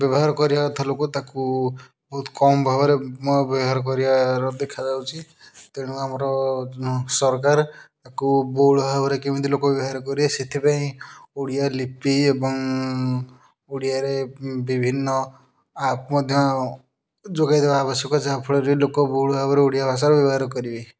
ବ୍ୟବହାର କରିବା କଥା ଲୋକ ତାକୁ ବହୁତ କମ୍ ଭାବରେ ବ୍ୟବହାର କରିବାର ଦେଖାଯାଉଛି ତେଣୁ ଆମର ସରକାର ତାକୁ ବହୁଳ ଭାବରେ କେମିତି ଲୋକ ବ୍ୟବହାର କରିବେ ସେଥିପାଇଁ ଓଡ଼ିଆ ଲିପି ଏବଂ ଓଡ଼ିଆରେ ବିଭିନ୍ନ ଆପ୍ ମଧ୍ୟ ଯୋଗାଇ ଦେବା ଆବଶ୍ୟକ ଯାହାଫଳରେ ଲୋକ ବହୁଳ ଭାବରେ ଓଡ଼ିଆ ଭାଷାର ବ୍ୟବହାର କରିବେ